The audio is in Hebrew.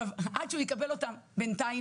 עד שהוא יקבל אותם בינתיים,